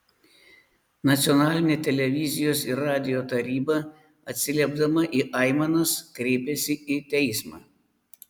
nacionalinė televizijos ir radijo taryba atsiliepdama į aimanas kreipėsi į teismą